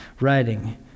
writing